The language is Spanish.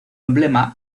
emblema